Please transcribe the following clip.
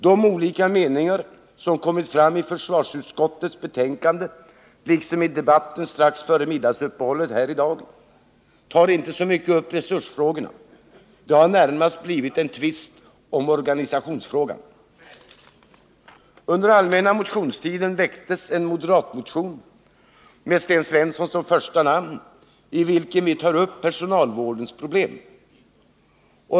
De olika meningar som kommit fram i försvarsutskottets betänkande liksom i debatten strax före middagsuppehållet tar inte så mycket upp resursfrågorna — det har närmast blivit en tvist om organisationsfrågan. Under allmänna motionstiden väcktes en moderatmotion med Sten Svensson som första namn, i vilken vi tar upp personalvårdens problem.